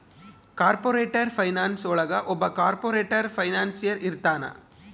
corporate finance ಒಳಗ ಒಬ್ಬ corporate financier ಇರ್ತಾನ